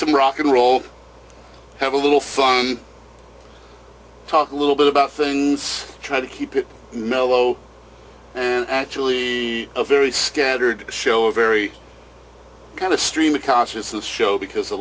some rock and roll have a little fun talk a little bit about things try to keep it mellow and actually a very scattered show a very kind of stream of consciousness show because the